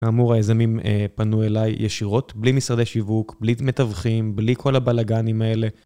כאמור היזמים פנו אליי ישירות, בלי משרדי שיווק, בלי מתווכים, בלי כל הבלאגנים האלה.